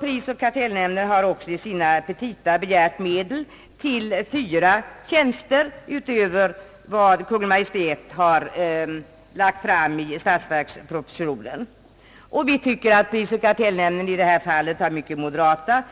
Prisoch kartellnämnden har också i sina petita begärt medel till fyra tjänster utöver vad Kungl. Maj:t har föreslagit i statsverkspropositionen. Vi tycker att prisoch kartellnämnden i detta fall har mycket moderata